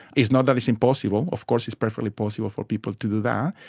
it's not that it's impossible, of course it's perfectly possible for people to do that,